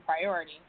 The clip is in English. priority